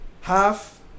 half